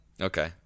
Okay